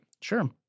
Sure